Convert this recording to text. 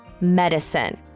medicine